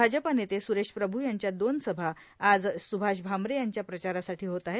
भाजपा नेते सुरेश प्रभू यांच्या दोन सभा आज सुभाष भामरे यांच्या प्रचारासाठों होत आहेत